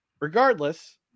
Regardless